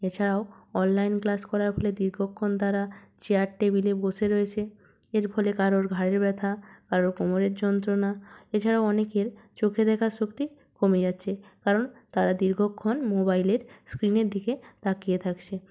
এছাড়াও online class করার ফলে দীর্ঘক্ষণ তারা চেয়ার টেবিলে বসে রয়েছে এর ফলে কারোর ঘাড়ের ব্যথা কারো কোমরের যন্ত্রণা এছাড়াও অনেকের চোখে দেখার শক্তি কমে যাচ্ছে কারণ তারা দীর্ঘক্ষণ মোবাইলের স্ক্রিনের দিকে তাকিয়ে থাকছে